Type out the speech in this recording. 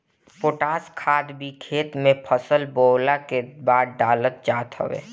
potash खाद भी खेत में फसल बोअला के बाद डालल जात हवे